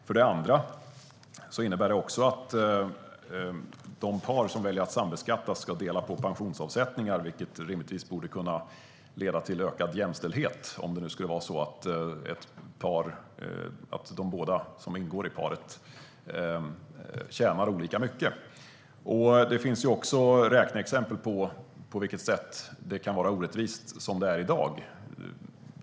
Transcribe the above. För det andra innebär det att de par som väljer att sambeskattas också ska dela på pensionsavsättningar, vilket rimligtvis borde kunna leda till ökad jämställhet om det nu skulle vara så att båda som ingår i paret tjänar olika mycket. Det finns också räkneexempel när det gäller på vilket sätt det kan vara orättvist som det är i dag.